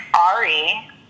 Ari